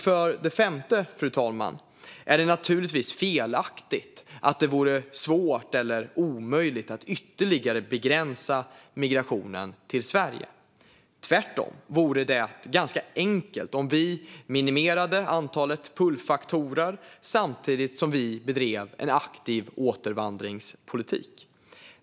För det femte, fru talman, är det naturligtvis felaktigt att det vore svårt eller omöjligt att ytterligare begränsa migrationen till Sverige. Tvärtom vore det ganska enkelt om vi minimerade antalet pullfaktorer samtidigt som vi bedrev en aktiv återvandringspolitik.